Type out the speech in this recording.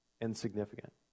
Insignificant